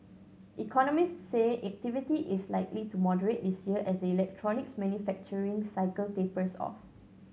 economists say activity is likely to moderate this year as the electronics manufacturing cycle tapers off